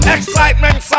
Excitement